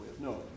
No